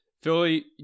Philly